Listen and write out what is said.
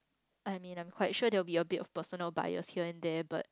I mean I'm quite sure there will be a bit of personal bias here and there but